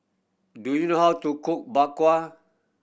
do you know how to cook Bak Kwa